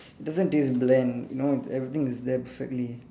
doesn't taste bland you know everything is there perfectly